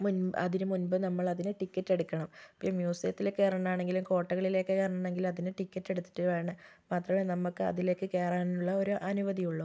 മുൻ അതിന് മുൻപ് നമ്മളതിന് ടിക്കറ്റെടുക്കണം ഇപ്പോൾ ഈ മ്യൂസിയത്തില് കയറാനാണെങ്കിലും കോട്ടകളിലേക്ക് കയറാനാണെങ്കിലും അതിന് ടിക്കറ്റെടുത്തിട്ട് വേണം മാത്രമേ നമുക്ക് അതിലേക്ക് കയറാനുള്ള ഒരു അനുമതിയുള്ളു